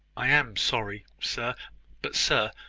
i am sorry. sir but sir,